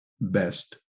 best